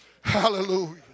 Hallelujah